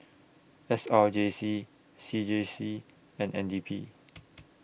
S R J C C J C and N D P